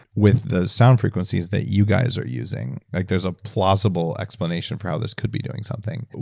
with the sound frequencies that you guys are using, like there's a plausible explanation for how this could be doing something.